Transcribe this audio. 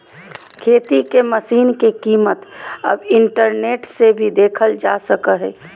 खेती के मशीन के कीमत अब इंटरनेट से भी देखल जा सको हय